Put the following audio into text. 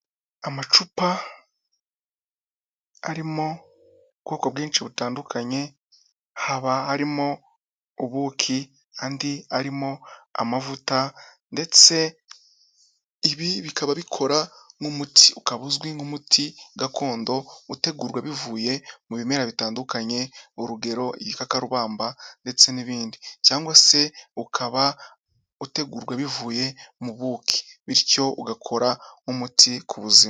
Amacupa arimo ubwoko bwinshi butandukanye, haba arimo ubuki, andi arimo amavuta ndetse ibi bikaba bikora nk'umuti, ukaba uzwi nk'umuti gakondo utegurwa bivuye mu bimera bitandukanye, urugero igikakarubamba ndetse n'ibindi cyangwa se ukaba utegurwa bivuye mu buki, bityo ugakora nk'umuti ku buzima.